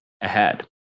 ahead